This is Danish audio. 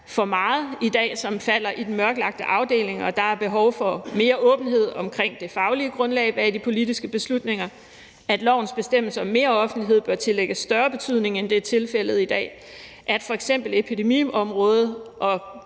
for meget i dag, som falder i den mørklagte afdeling, at der er behov for mere åbenhed omkring det faglige grundlag bag de politiske beslutninger, at lovens bestemmelse om mere offentlighed bør tillægges større betydning, end det er tilfældet i dag, at f.eks. epidemiområdet og